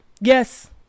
yes